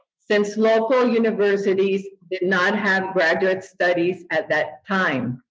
since local universities did not have graduate studies at that time.